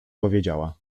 powiedziała